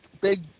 big